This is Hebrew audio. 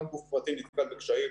גם גוף פרטי נתקל בקשיים